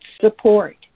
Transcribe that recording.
support